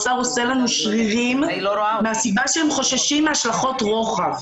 האוצר עושה לנו שרירים מהסיבה שהם חוששים מהשלכות רוחב.